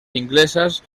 inglesas